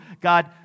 God